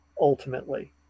ultimately